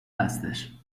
هستش